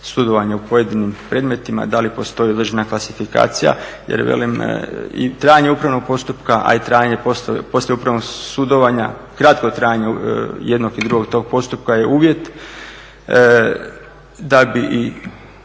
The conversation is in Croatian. sudovanja u pojedinim predmetima, da li postoji … klasifikacija jer velim, trajanje upravnog postupka, a i trajanje … upravnog sudovanja, kratko trajanje jednog i drugog tog postupka je uvjet da bi i